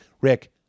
Rick